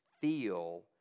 feel